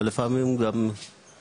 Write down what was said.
אבל לפעמים גם קצת